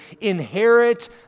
inherit